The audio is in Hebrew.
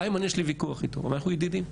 איימן יש לי ויכוח איתו, אנחנו ידידים,